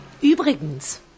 Übrigens